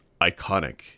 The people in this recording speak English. iconic